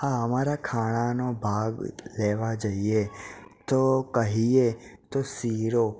હા અમારા ખાણાંનો ભાગ લેવા જઈએ તો કહીએ તો શિરો